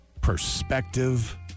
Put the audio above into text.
perspective